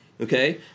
okay